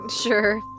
Sure